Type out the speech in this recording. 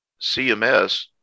CMS